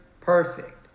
perfect